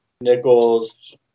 Nichols